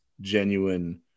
genuine